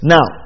Now